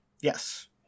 Yes